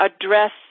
address